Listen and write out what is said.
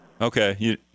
Okay